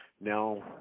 now